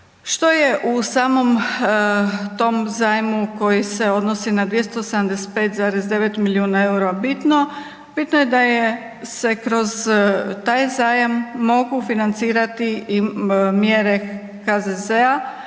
Što je u samom tom zajmu koji se odnosi na 275,9 milijuna eura bitno? Bitno je da se kroz taj zajam mogu financirati i mjere HZZ-a,